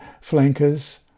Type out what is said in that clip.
Flankers